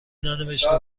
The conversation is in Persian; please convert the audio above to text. ننوشته